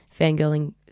fangirling